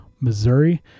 missouri